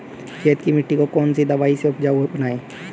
खेत की मिटी को कौन सी दवाई से उपजाऊ बनायें?